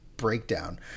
Breakdown